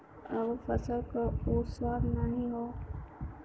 अब फसल क उ स्वाद नाही हौ